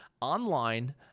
online